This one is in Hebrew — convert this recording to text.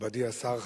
מכובדי השר,